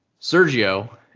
sergio